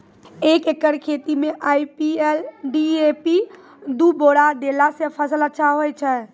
एक एकरऽ खेती मे आई.पी.एल डी.ए.पी दु बोरा देला से फ़सल अच्छा होय छै?